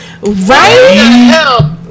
Right